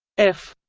f